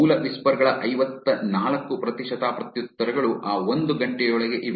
ಮೂಲ ವಿಸ್ಪರ್ ಗಳ ಐವತ್ತನಾಲ್ಕು ಪ್ರತಿಶತ ಪ್ರತ್ಯುತ್ತರಗಳು ಆ ಒಂದು ಗಂಟೆಯೊಳಗೆ ಇವೆ